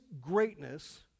greatness